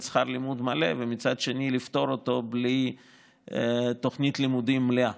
שכר לימוד מלא ומצד שני לפטור אותו בלי תוכנית לימודים מלאה